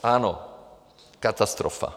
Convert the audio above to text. Ano, katastrofa.